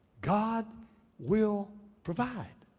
god will provide.